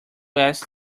ask